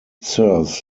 serves